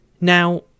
now